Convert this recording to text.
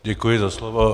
Děkuji za slovo.